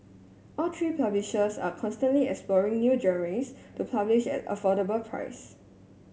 all three publishers are constantly exploring new genres to publish at affordable price